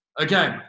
Okay